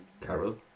Carol